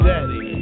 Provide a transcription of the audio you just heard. Daddy